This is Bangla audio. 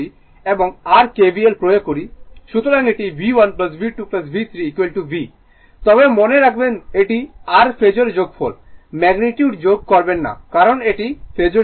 সুতরাং এটি V1 V2 V3 V তবে মনে রাখবেন এটি r ফেজোর যোগফল ম্যাগনিটিউড যোগ করবেন না কারণ এটি ফেজোর যোগফল